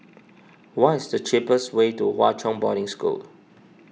what is the cheapest way to Hwa Chong Boarding School